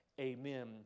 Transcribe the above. amen